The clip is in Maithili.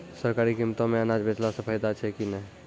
सरकारी कीमतों मे अनाज बेचला से फायदा छै कि नैय?